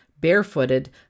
barefooted